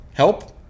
help